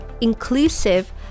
inclusive